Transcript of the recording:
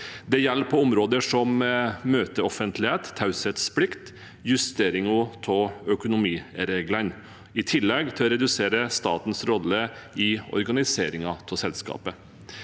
Det gjelder på områder som møteoffentlighet, taushetsplikt og justering av økonomireglene, i tillegg til å redusere statens rolle i organiseringen av selskapet.